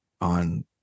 on